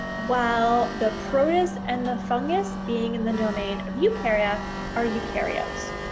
while the protist and the fungus, being in the domain of eukarya or eukaryotes,